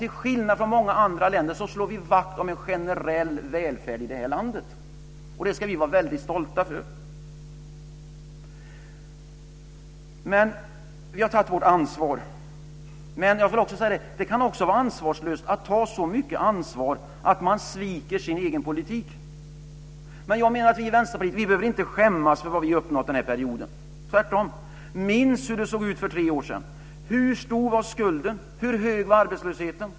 Till skillnad från många andra länder slår vi vakt om en generell välfärd i det här landet, och det ska vi vara väldigt stolta över. Vi har tagit vårt ansvar. Men jag vill också säga att det kan vara ansvarslöst att ta så mycket ansvar att man sviker sin egen politik. Men jag menar att vi i Vänsterpartiet inte behöver skämmas för vad vi har uppnått den här perioden, tvärtom. Minns hur det såg ut för tre år sedan! Hur stor var skulden? Hur stor var arbetslösheten?